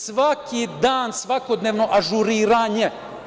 Svaki dan, svakodnevno ažuriranje.